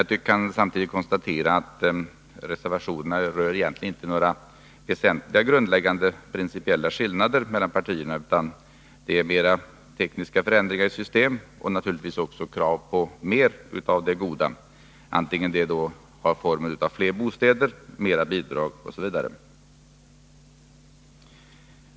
Men vi kan samtidigt konstatera att reservationerna egentligen inte rör några väsentligt grundläggande, principiella skillnader mellan partierna, utan mera tekniska förändringar i system och naturligtvis också krav på mer av det goda, antingen det då har formen av flera bostäder eller mera bidrag, osv.